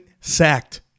sacked